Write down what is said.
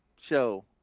show